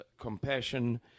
compassion